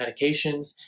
medications